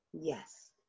Yes